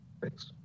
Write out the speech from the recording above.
Thanks